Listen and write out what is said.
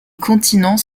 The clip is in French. continents